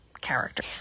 character